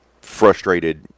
frustrated